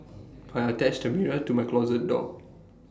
I attached A mirror to my closet door